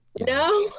No